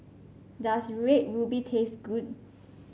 does Red Ruby taste good